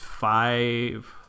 Five